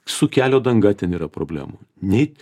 su kelio danga ten yra problemų nei